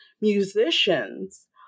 musicians